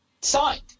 signed